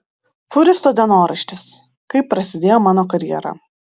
fūristo dienoraštis kaip prasidėjo mano karjera